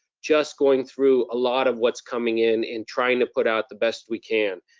just going through a lot of what's coming in, and trying to put out the best we can.